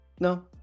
No